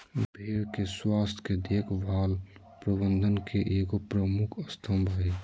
भेड़ के स्वास्थ के देख भाल प्रबंधन के एगो प्रमुख स्तम्भ हइ